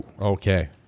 okay